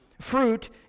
fruit